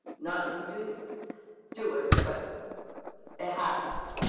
not you didn't do it but it happened.